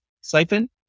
siphon